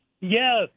Yes